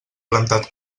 plantat